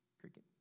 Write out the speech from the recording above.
cricket